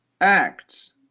acts